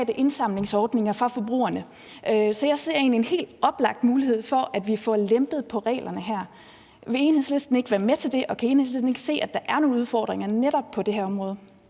indsamlingsordninger fra forbrugerne. Så jeg ser egentlig en helt oplagt mulighed for, at vi får lempet på reglerne her. Vil Enhedslisten ikke være med til det, og kan Enhedslisten ikke se, at der er nogle udfordringer netop på det her område?